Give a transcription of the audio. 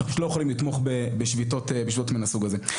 אבל אנחנו לא יכולים לתמוך בשביתה מן הסוג הזה.